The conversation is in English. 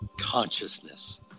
Consciousness